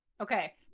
Okay